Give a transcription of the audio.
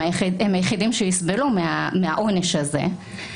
הם היחידים שיסבלו מהעונש הזה.